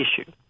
issue